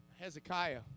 Hezekiah